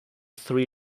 three